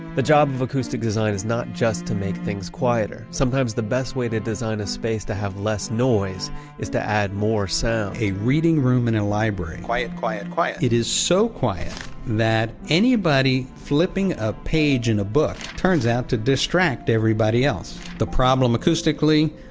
the job of an acoustic design is not just to make things quieter. sometimes the best way to design a space to have less noise is to add more sound a reading room in a library quiet, quiet, quiet. it is so quiet that anybody flipping a page in a book turns out to distract everyone else. the problem acoustically?